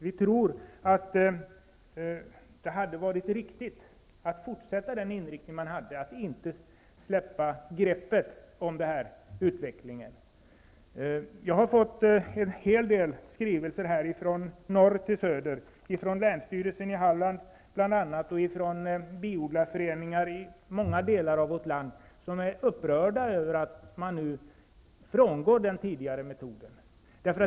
Vi tror att det hade varit riktigt att fortsätta med den inriktning man hade, dvs. att inte släppa greppet om utvecklingen. Jag har fått en hel del skrivelser från norr till söder, bl.a. från länsstyrelsen i Halland och från biodlarföreningar i många delar av vårt land, som är upprörda över att man nu frångår den tidigare metoden.